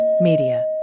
Media